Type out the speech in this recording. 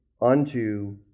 unto